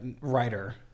writer